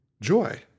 Joy